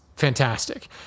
Fantastic